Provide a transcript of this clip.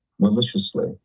maliciously